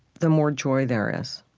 the more joy there is.